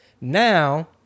Now